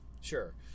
sure